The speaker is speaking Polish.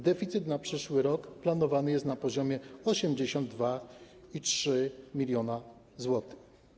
Deficyt na przyszły rok planowany jest na poziomie 82,3 mln zł.